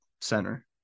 center